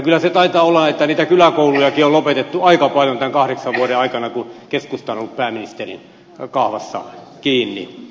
kyllä se taitaa olla niin että niitä kyläkoulujakin on lopetettu aika paljon tämän kahdeksan vuoden aikana kun keskusta on ollut pääministerin kahvassa kiinni